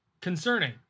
concerning